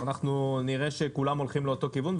אנחנו נראה שכולם הולכים לאותו כיוון.